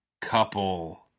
couple